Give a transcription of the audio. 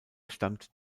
stammt